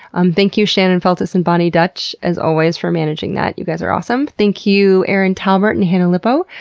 um thank you shannon feltus and boni dutch, as always, for managing that you guys are awesome. thank you to erin talbert and hannah lipow,